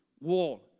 Wall